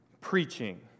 preaching